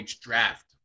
draft